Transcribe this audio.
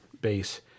base